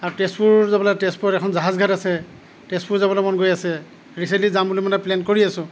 আৰু তেজপুৰ যাবলৈ তেজপুৰত এখন জাহাজ ঘাট আছে তেজপুৰ যাবলৈ মন গৈ আছে ৰিচেণ্টলি যাম বুলি মানে প্লেন কৰি আছোঁ